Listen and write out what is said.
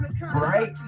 Right